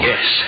Yes